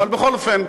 בכל אופן,